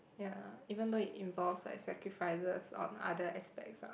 ya even though it involves like sacrifices on other aspects ah